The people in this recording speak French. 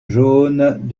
jaunes